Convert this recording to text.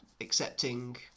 accepting